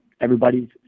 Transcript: everybody's